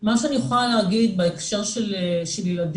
מה שאני יכולה להגיד בהקשר של ילדים,